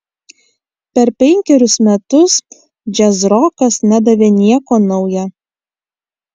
per penkerius metus džiazrokas nedavė nieko nauja